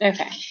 Okay